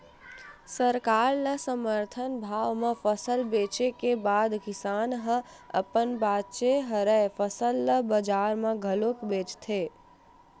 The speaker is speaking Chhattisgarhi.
सरकार ल समरथन भाव म फसल बेचे के बाद किसान ह अपन बाचे हरय फसल ल बजार म घलोक बेचथे